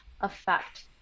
affect